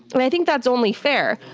and i think that's only fair.